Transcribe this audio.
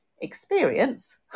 experience